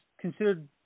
considered